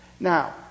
Now